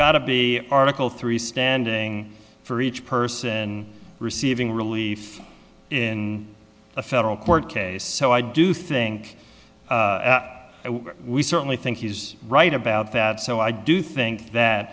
got to be article three standing for each person receiving relief in a federal court case so i do think we certainly think he's right about that so i do think that